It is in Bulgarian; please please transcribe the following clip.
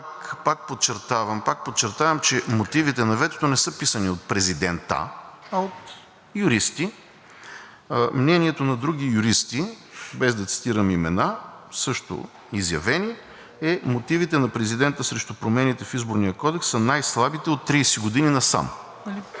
Пак подчертавам, че мотивите на ветото не са писани от президента, а от юристи. Мнението на други юристи, без да цитирам имена, също изявени, е, че мотивите на президента срещу промените в Изборния кодекс са най-слабите от 30 години насам.